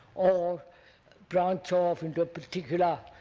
or branch off into a particular